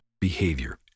behavior